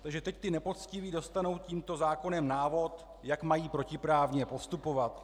Takže teď ti nepoctiví dostanou tímto zákonem návod, jak mají protiprávně postupovat.